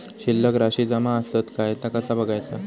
शिल्लक राशी जमा आसत काय ता कसा बगायचा?